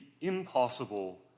impossible